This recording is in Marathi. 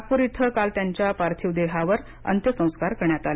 नागप्र इथं काल त्यांच्या पार्थिव देहावर अंत्यसंस्कार करण्यात आले